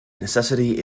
necessity